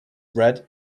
red